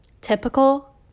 typical